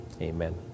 Amen